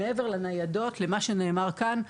מעבר לניידות ולמה שנאמר כאן,